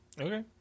Okay